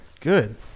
Good